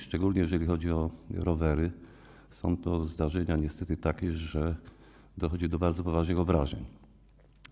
Szczególnie jeżeli chodzi o rowery, są to zdarzenia niestety takie, że dochodzi do bardzo poważnych obrażeń.